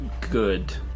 Good